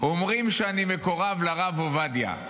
אומרים שאני מקורב לרב עובדיה,